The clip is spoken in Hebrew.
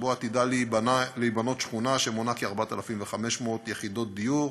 שבו עתידה להיבנות שכונה שמונה כ-4,500 יחידות דיור.